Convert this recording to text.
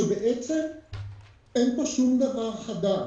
שבעצם אין פה שום דבר חדש.